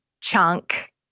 chunk